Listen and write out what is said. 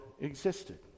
existed